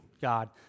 god